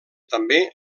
també